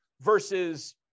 versus